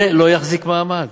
זה לא יחזיק מעמד.